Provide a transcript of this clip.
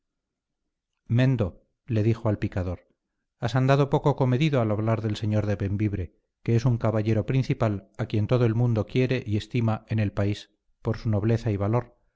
mendo le dijo al picador has andado poco comedido al hablar del señor de bembibre que es un caballero principal a quien todo el mundo quiere y estima en el país por su nobleza y valor